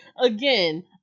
Again